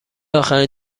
آخرین